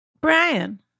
Brian